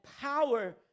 power